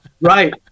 Right